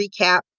recap